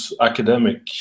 academic